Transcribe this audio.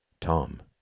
Tom